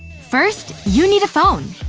first, you need a phone.